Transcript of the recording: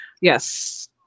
yes